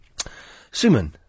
Suman